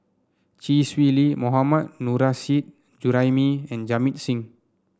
Chee Swee Lee Mohammad Nurrasyid Juraimi and Jamit Singh